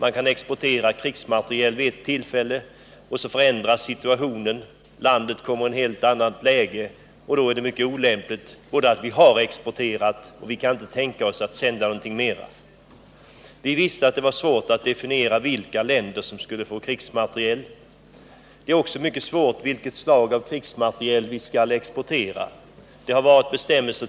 Man kan exportera krigsmateriel till ett land vid ett visst tillfälle, men så förändras situationen i landet på ett sätt som gör att det är mycket olämpligt att exportera vapen till det. Det är alltså svårt att definiera till vilka länder vi bör exportera krigsmateriel. Det är också svårt att ange vilka slag av krigsmateriel vi skall exportera.